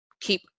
keep